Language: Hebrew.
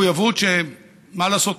מחויבות, שמה לעשות,